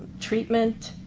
treatment,